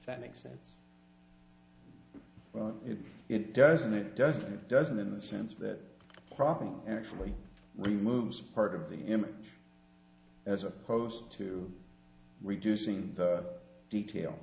that makes sense well it doesn't it doesn't it doesn't in the sense that the problem actually removes part of the him as opposed to reducing the detail